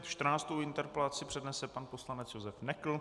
Čtrnáctou interpelaci přednese pan poslanec Josef Nekl.